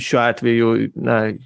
šiuo atveju na